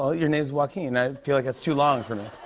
your name's joaquin i feel like that's too long for me.